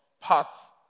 path